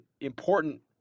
important